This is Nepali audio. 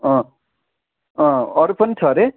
अँ अँ अरू पनि छ हरे